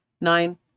nine